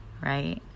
right